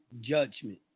judgment